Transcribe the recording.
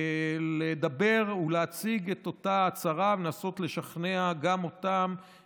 לדבר ולהציג את אותה הצהרה ולנסות לשכנע גם אותם